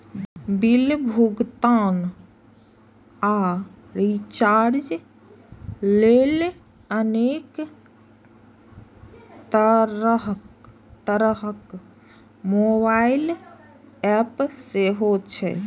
bill भुगतान आ recharge लेल अनेक तरहक मोबाइल एप सेहो छै